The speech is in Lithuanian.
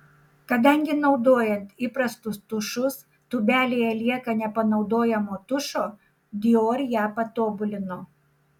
kadangi naudojant įprastus tušus tūbelėje lieka nepanaudojamo tušo dior ją patobulino